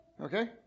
Okay